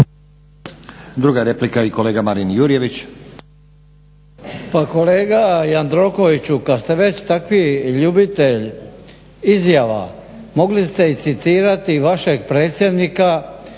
Druga replika i kolega Marin Jurjević.